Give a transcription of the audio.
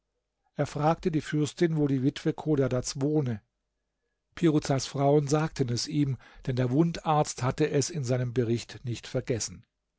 er fragte die fürstin wo die witwe chodadads wohne piruzas frauen sagten es ihm denn der wundarzt hatte es in seinem bericht nicht vergessen